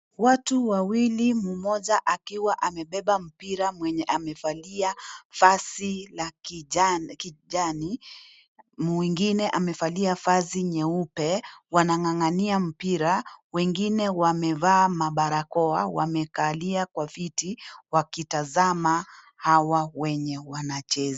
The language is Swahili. Watu wawili, mmoja akiwa amebeba mpira mwenye amevalia vazi la kijani. Mwingine amevalia vazi nyeupe. Wanang'ang'ania mpira. Wengine wamevaa mabarakoa. Wamekalia kwa viti wakitazama hawa wenye wanacheza.